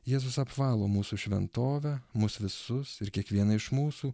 jėzus apvalo mūsų šventovę mus visus ir kiekvieną iš mūsų